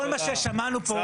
כל מה ששמענו פה,